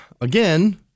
Again